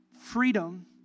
freedom